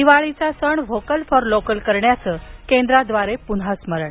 दिवाळीचा सण vocal for local करण्याचं केंद्राद्वारे पुन्हा स्मरण